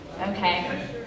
Okay